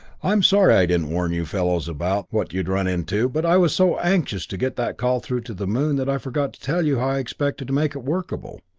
i'm sorry i didn't warn you fellows about what you'd run into, but i was so anxious to get that call through to the moon that i forgot to tell you how i expected to make it workable.